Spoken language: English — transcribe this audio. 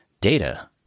data